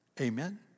Amen